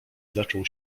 zaczął